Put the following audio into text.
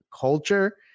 culture